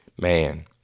man